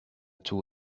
two